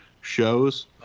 shows